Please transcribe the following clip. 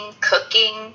cooking